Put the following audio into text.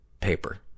paper